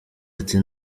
ati